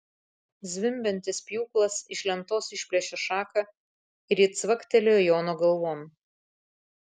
zvimbiantis pjūklas iš lentos išplėšė šaką ir ji cvaktelėjo jono galvon